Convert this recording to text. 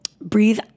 breathe